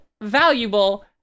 valuable